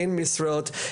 אין משרות,